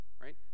Right